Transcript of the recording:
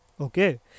okay